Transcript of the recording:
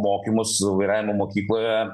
mokymus vairavimo mokykloje